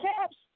caps